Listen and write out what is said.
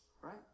right